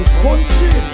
country